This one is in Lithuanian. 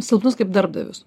silpnus kaip darbdavius